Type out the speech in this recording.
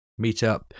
meetup